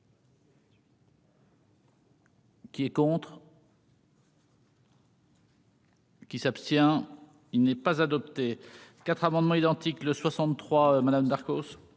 Qui est contre. Qui s'abstient, il n'est pas adopté 4 amendements identiques le 63 madame Darcos.